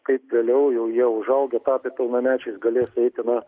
kaip vėliau jau jie užaugę tapę pilnamečiais galės eiti na